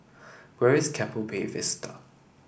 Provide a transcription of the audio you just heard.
where is Keppel Bay Vista